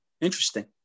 interesting